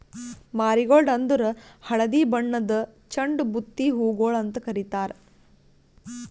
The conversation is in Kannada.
ಮಾರಿಗೋಲ್ಡ್ ಅಂದುರ್ ಹಳದಿ ಬಣ್ಣದ್ ಚಂಡು ಬುತ್ತಿ ಹೂಗೊಳ್ ಅಂತ್ ಕಾರಿತಾರ್